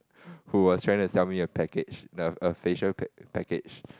who was trying to sell me a package the a facial pack~ package